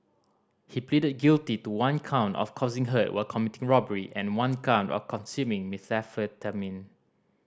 he pleaded guilty to one count of causing hurt while committing robbery and one count of consuming methamphetamine